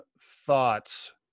thoughts